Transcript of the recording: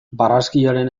barraskiloaren